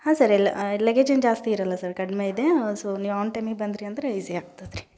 ಹಾಂ ಸರ್ ಎಲ್ಲ ಲಗೇಜ್ ಏನು ಜಾಸ್ತಿ ಇರಲ್ಲ ಸರ್ ಕಡಿಮೆ ಇದೆ ಸೊ ನೀವು ಆನ್ ಟೈಮಿಗೆ ಬಂದ್ರಿ ಅಂದರೆ ಈಝಿ ಆಗ್ತದ್ರಿ